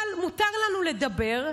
אבל מותר לנו לדבר,